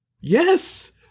Yes